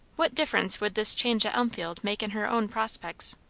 what difference would this change at elmfield make in her own prospects?